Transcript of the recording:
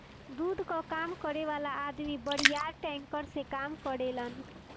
दूध कअ काम करे वाला अदमी बड़ियार टैंकर से काम करेलन